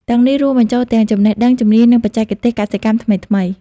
ទាំងនេះរួមបញ្ចូលទាំងចំណេះដឹង ជំនាញ និងបច្ចេកទេសកសិកម្មថ្មីៗ។